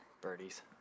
birdies